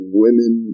women